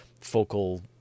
focal